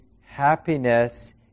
happiness